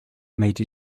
made